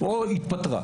או התפטרה.